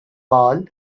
all